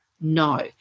No